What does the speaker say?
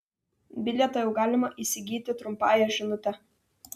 bilietą jau galima įsigyti trumpąja žinute